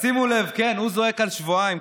אז שימו לב, כן, הוא זועק על שבועיים.